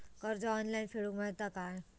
कर्ज ऑनलाइन फेडूक मेलता काय?